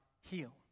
heal